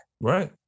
Right